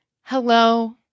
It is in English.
hello